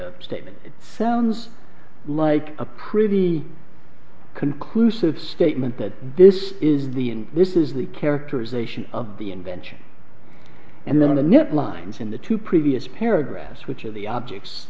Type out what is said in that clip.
statement it sounds like a pretty conclusive statement that this is the this is the characterization of the invention and then on the net lines in the two previous paragraphs which are the objects